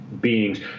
beings